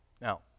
Now